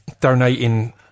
donating